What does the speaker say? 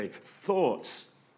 Thoughts